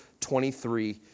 23